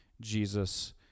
Jesus